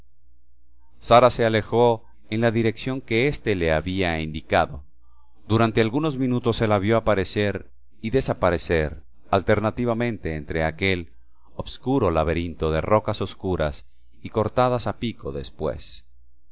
sara se alejó en la dirección que éste le había indicado durante algunos minutos se la vio aparecer y desaparecer alternativamente entre aquel oscuro laberinto de rocas oscuras y cortadas a pico después